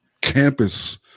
campus